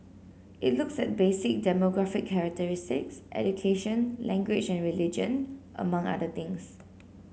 it looks at basic demographic characteristics education language and religion among other things